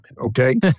okay